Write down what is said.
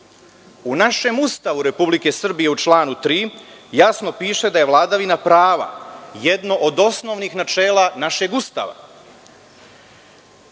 U našem Ustavu RS u članu 3. jasno piše da je vladavina prava jedno od osnovnih načela našeg Ustava.